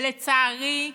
ולצערי,